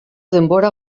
denbora